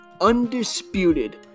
undisputed